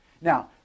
Now